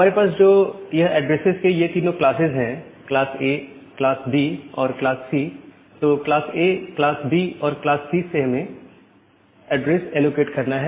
हमारे पास जो यह एड्रेसेस के यह तीनों क्लासेस हैं क्लास A क्लास B और क्लास C तो क्लास A क्लास B और क्लास C से हमें एड्रेसेस एलोकेट करना है